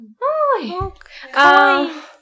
Hi